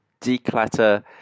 declutter